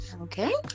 Okay